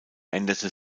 änderte